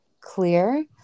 clear